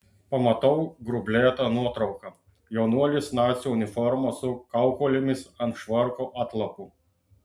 pamatau grublėtą nuotrauką jaunuolis nacių uniforma su kaukolėmis ant švarko atlapų